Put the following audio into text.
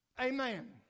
Amen